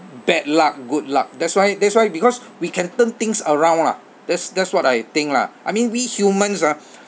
bad luck good luck that's why that's why because we can turn things around lah that's that's what I think lah I mean we humans ah